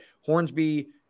Hornsby